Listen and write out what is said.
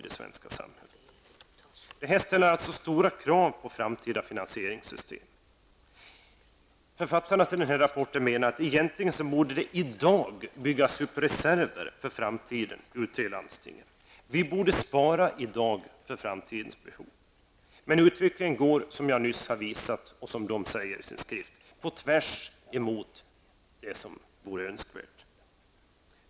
Det här ställer alltså stora krav på framtida finansieringssystem. Författarna till rapporten menar att det ute i landstingen i dag egentligen borde byggas upp reserver för framtiden. Vi borde i dag spara för framtidens behov. Men utvecklingen går, som jag nyss har visat och som författarna skriver i sin bok, tvärtemot vad som vore önskvärt.